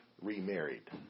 remarried